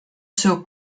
seu